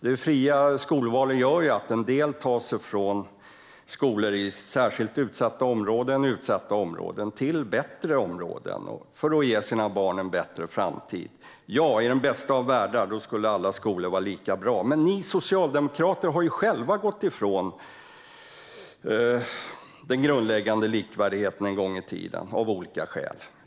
Det fria skolvalet gör att en del i utsatta områden sätter sina barn i skolor i bättre områden för att ge dem en bättre framtid. I den bästa av världar skulle alla skolor vara lika bra. Men ni socialdemokrater gick ju själva av olika skäl ifrån den grundläggande likvärdigheten en gång i tiden.